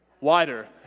wider